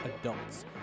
adults